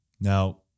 Now